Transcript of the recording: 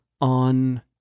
on